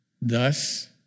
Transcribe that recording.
Thus